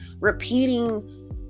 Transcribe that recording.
repeating